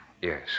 Yes